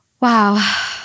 Wow